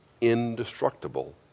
indestructible